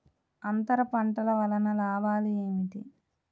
అంతర పంటల వలన లాభాలు ఏమిటి?